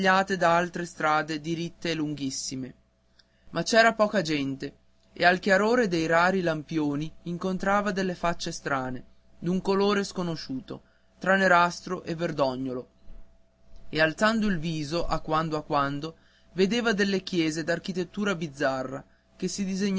da altre strade diritte e lunghissime ma c'era poca gente e al chiarore dei rari lampioni incontrava delle facce strane d'un colore sconosciuto tra nerastro e verdognolo e alzando il viso a quando a quando vedeva delle chiese d'architettura bizzarra che si